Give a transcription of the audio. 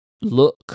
look